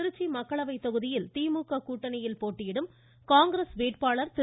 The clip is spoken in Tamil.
திருச்சி மக்களவைத்தொகையில் திமுக கூட்டணியில் போட்டியிடும் காங்கிரஸ் வேட்பாளர் திரு